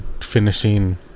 finishing